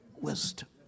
wisdom